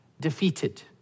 defeated